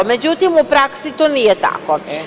Međutim, u praksi to nije tako.